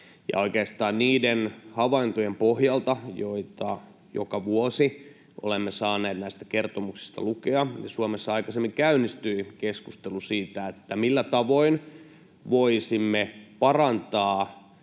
Oikeastaan niiden havaintojen pohjalta, joita joka vuosi olemme saaneet näistä kertomuksista lukea, Suomessa aikaisemmin käynnistyi keskustelu siitä, millä tavoin voisimme parantaa